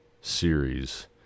series